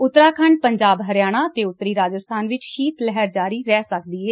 ਉਤਰਾਖੰਡ ਪੰਜਾਬ ਹਰਿਆਣਾ ਅਤੇ ਉਂਤਰੀ ਰਾਜਸਬਾਨ ਵਿੱਚ ਸ਼ੀਤ ਲਹਿਰ ਜਾਰੀ ਰਹਿ ਸਕਦੀ ਏ